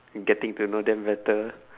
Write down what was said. getting to know them better